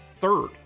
third